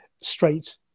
straight